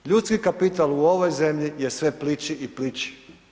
Ljudski kapital u ovoj zemlji je sve plići i plići.